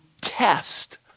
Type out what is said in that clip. test